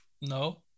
No